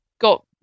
got